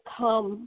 come